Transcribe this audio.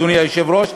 אדוני היושב-ראש,